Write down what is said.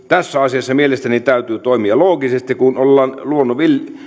tässä asiassa mielestäni täytyy toimia loogisesti kun ollaan